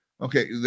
okay